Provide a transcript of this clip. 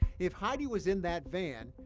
if heidi was in that van,